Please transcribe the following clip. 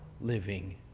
living